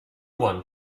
one